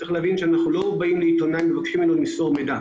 צריך להבין שאנחנו לא באים לעיתונאי ומבקשים ממנו למסור מידע.